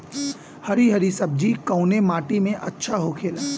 हरी हरी सब्जी कवने माटी में अच्छा होखेला?